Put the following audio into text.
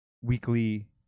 weekly